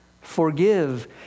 Forgive